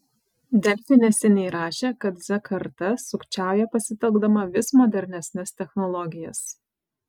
delfi neseniai rašė kad z karta sukčiauja pasitelkdama vis modernesnes technologijas